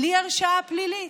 בלי הרשעה פלילית?